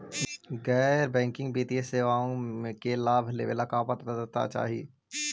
गैर बैंकिंग वित्तीय सेवाओं के लाभ लेवेला का पात्रता चाही?